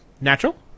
Natural